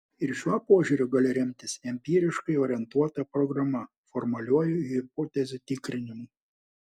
ir šiuo požiūriu gali remtis empiriškai orientuota programa formaliuoju hipotezių tikrinimu